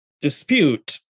dispute